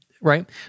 right